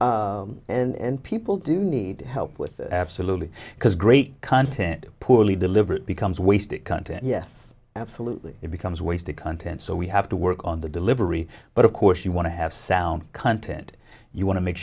level and people do need help with absolutely because great content poorly deliver becomes wasted content yes absolutely it becomes ways to content so we have to work on the delivery but of course you want to have sound content you want to make